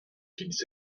qu’ils